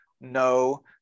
No